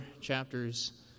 chapters